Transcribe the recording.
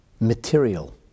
material